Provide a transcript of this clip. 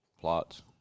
Plots